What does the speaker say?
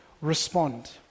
respond